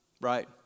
right